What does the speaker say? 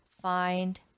find